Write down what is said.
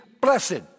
blessed